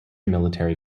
military